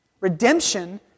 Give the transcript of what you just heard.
Redemption